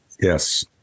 Yes